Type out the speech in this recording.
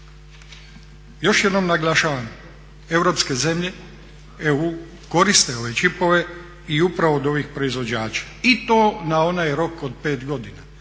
Još jednom naglašavam europske zemlje, EU, koriste ove čipove i upravo od ovih proizvođača i to na onaj rok od 5 godina.